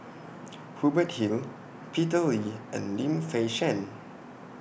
Hubert Hill Peter Lee and Lim Fei Shen